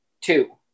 Two